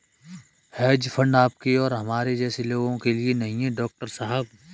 hedge fund आपके और हमारे जैसे लोगों के लिए नहीं है, डॉक्टर साहब